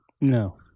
No